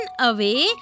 away